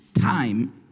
time